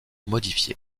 modifiés